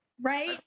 right